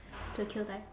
to kill time